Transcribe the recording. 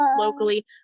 locally